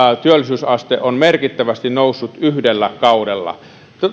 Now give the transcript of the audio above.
työllisyysaste on merkittävästi noussut yhdellä kaudella